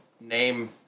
name